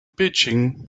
pitching